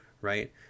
right